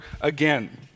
again